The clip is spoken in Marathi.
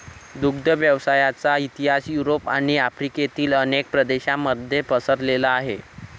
दुग्ध व्यवसायाचा इतिहास युरोप आणि आफ्रिकेतील अनेक प्रदेशांमध्ये पसरलेला आहे